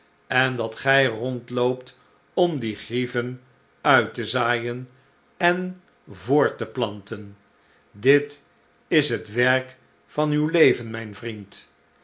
en dat gij rondloopt om die grieven uit te zaaien en voort te planten dit is het werk van uw leven mijn vriend